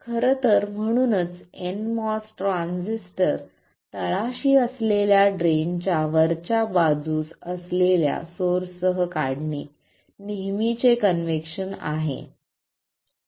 खरं तर म्हणूनच nMOS ट्रान्झिस्टर तळाशी असलेल्या ड्रेनच्या वरच्या बाजूस असलेल्या सोर्स सह काढणे नेहमीचे कन्व्हेन्शन आहे